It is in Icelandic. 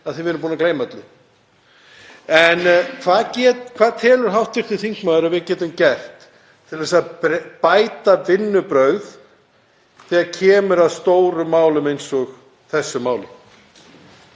því við erum búin að gleyma öllu. Hvað telur hv. þingmaður að við getum gert til að bæta vinnubrögð þegar kemur að stórum málum eins og þessu máli?